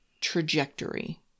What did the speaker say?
trajectory